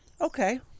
Okay